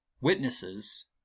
Witnesses